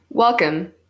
Welcome